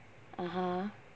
(uh huh)